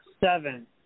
Seven